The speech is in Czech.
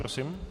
Prosím.